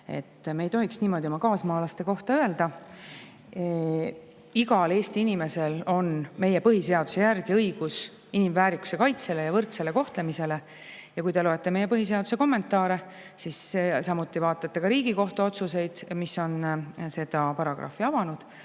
Me ei tohiks niimoodi oma kaasmaalaste kohta öelda. Igal Eesti inimesel on meie põhiseaduse järgi õigus inimväärikuse kaitsele ja võrdsele kohtlemisele. Ja kui te loete meie põhiseaduse kommentaare, samuti vaatate Riigikohtu otsuseid, mis on seda paragrahvi avanud,